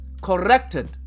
corrected